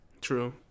True